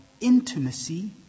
intimacy